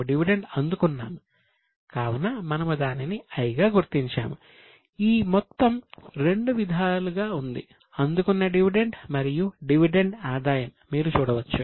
dividend పన్నులతో కూడిన dividend పంపిణీ మీరు చూడవచ్చు